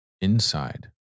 inside